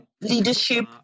Leadership